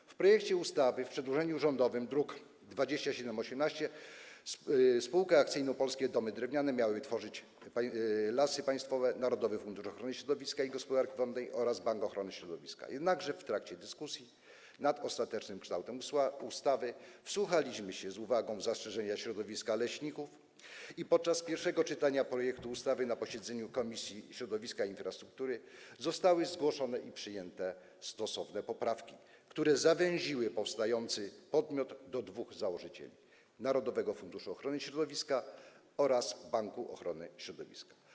Według projektu ustawy w przedłożeniu rządowym, druk nr 2718, spółkę akcyjną Polskie Domy Drewniane miały tworzyć Lasy Państwowe, Narodowy Fundusz Ochrony Środowiska i Gospodarki Wodnej oraz Bank Ochrony Środowiska, jednakże w trakcie dyskusji nad ostatecznym kształtem ustawy wsłuchaliśmy się z uwagą w zastrzeżenia środowiska leśników i podczas pierwszego czytania projektu ustawy na posiedzeniu komisji środowiska i Komisji Infrastruktury zostały zgłoszone i przyjęte stosowne poprawki, które zawęziły powstający podmiot do dwóch założycieli: narodowego funduszu ochrony środowiska oraz Banku Ochrony Środowiska.